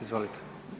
Izvolite.